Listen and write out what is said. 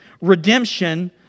redemption